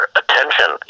attention